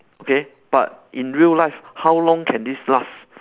okay but in real life how long can this last